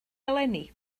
eleni